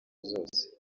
zose